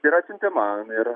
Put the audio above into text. ir atsiuntė man ir